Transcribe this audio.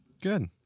Good